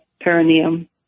perineum